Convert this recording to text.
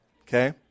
okay